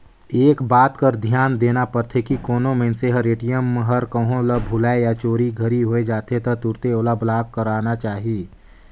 एक बात कर धियान देना परथे की कोनो मइनसे हर ए.टी.एम हर कहों ल भूलाए या चोरी घरी होए जाथे त तुरते ओला ब्लॉक कराना चाही